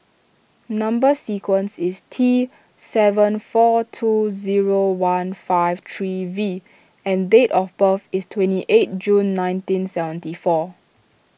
Number Sequence is T seven four two zero one five three V and date of birth is twenty eight June nineteen seventy four